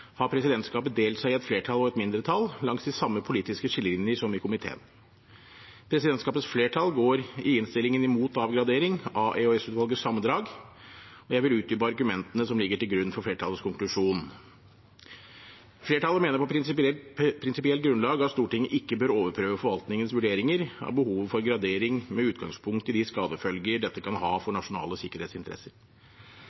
har presidentskapet delt seg i et flertall og et mindretall, langs de samme politiske skillelinjer som i komiteen. Presidentskapets flertall går i innstillingen imot avgradering av EOS-utvalgets sammendrag, og jeg vil utdype argumentene som ligger til grunn for flertallets konklusjon. Flertallet mener på prinsipielt grunnlag at Stortinget ikke bør overprøve forvaltningens vurderinger av behovet for gradering med utgangspunkt i de skadefølger dette kan ha for